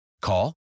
Call